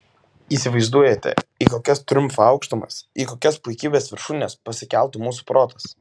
įsivaizduojate į kokias triumfo aukštumas į kokias puikybės viršūnes pasikeltų mūsų protas